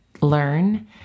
learn